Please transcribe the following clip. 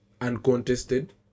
uncontested